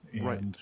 Right